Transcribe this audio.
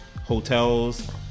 hotels